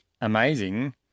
amazing